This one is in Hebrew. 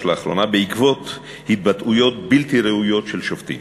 לאחרונה בעקבות התבטאויות בלתי ראויות של שופטים.